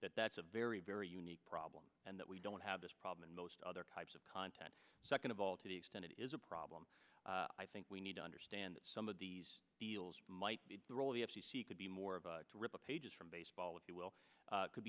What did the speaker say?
that that's a very very unique problem and that we don't have this problem and most other types of content second of all to the extent it is a problem i think we need to understand that some of these deals might be the role of the f c c could be more of a ripple pages from baseball if you will could